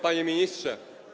Panie Ministrze!